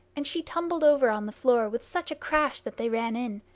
and she tumbled over on the floor with such a crash that they ran in.